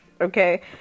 okay